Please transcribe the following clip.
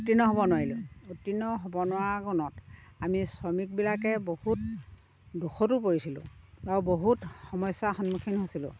উত্তীৰ্ণ হ'ব নোৱাৰিলোঁ ঊত্তীৰ্ণ হ'ব নোৱাৰা গুণত আমি শ্ৰমিকবিলাকে বহুত দুখতো পৰিছিলোঁ বা বহুত সমস্যাৰ সন্মুখীন হৈছিলোঁ